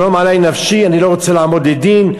שלום עלי נפשי, אני לא רוצה לעמוד לדין.